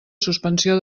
suspensió